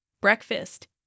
Breakfast